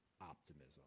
optimism